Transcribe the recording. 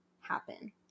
happen